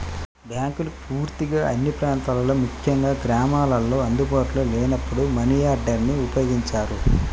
బ్యాంకులు పూర్తిగా అన్ని ప్రాంతాల్లో ముఖ్యంగా గ్రామాల్లో అందుబాటులో లేనప్పుడు మనియార్డర్ని ఉపయోగించారు